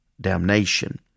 damnation